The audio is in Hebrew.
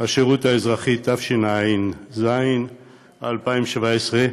שירות אזרחי, התשע"ז 2017,